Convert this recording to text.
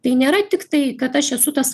tai nėra tiktai kad aš esu tas